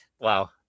Wow